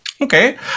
Okay